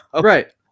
Right